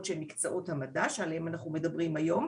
שהם מקצועות המדע שעליהם אנחנו מדברים היום,